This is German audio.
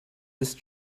ist